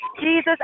Jesus